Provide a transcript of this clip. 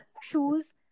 shoes